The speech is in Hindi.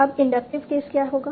अब इंडक्टिव केस क्या होगा